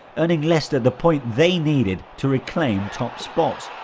earning leicester the point they needed to reclaim top spot.